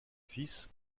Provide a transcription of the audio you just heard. fils